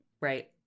Right